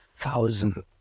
thousand